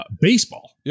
Baseball